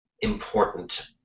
important